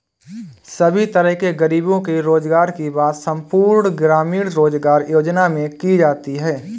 सभी तरह के गरीबों के रोजगार की बात संपूर्ण ग्रामीण रोजगार योजना में की जाती है